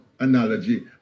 analogy